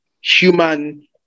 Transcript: human